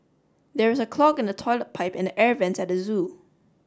there is a clog in the toilet pipe and the air vents at the zoo